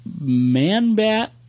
man-bat